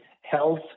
health